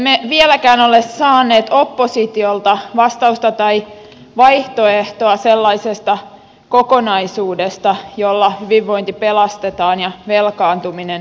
emme vieläkään ole saaneet oppositiolta vastausta tai vaihtoehtoa sellaisesta kokonaisuudesta jolla hyvinvointi pelastetaan ja velkaantuminen taitetaan